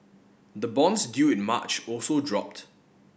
the bonds due in March also dropped